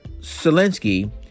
Zelensky